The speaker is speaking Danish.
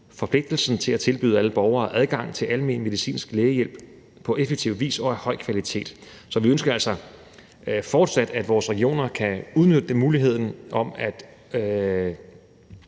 forpligtelsen til at tilbyde alle borgere adgang til almen medicinsk lægehjælp på effektiv vis og af høj kvalitet. Så vi ønsker altså fortsat, at vores regioner kan udnytte muligheden for at